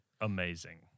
Amazing